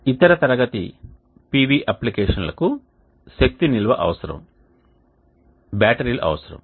ఇతర తరగతి PV అప్లికేషన్లకు శక్తి నిల్వ అవసరం బ్యాటరీలు అవసరం